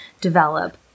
develop